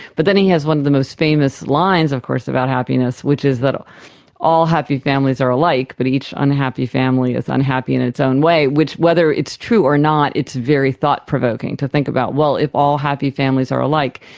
but then he has one of the most famous lines of course about happiness, which is that all happy families are alike but each unhappy family is unhappy in its own way, which whether it's true or not it's very thought provoking, to think about, well, if all happy families are alike,